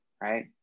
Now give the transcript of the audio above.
right